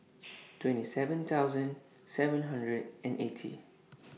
twenty seven thousand seven hundred and eighty